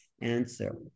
answer